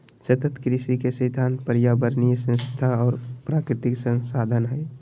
सतत कृषि के सिद्धांत पर्यावरणीय स्थिरता और प्राकृतिक संसाधन हइ